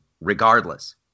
regardless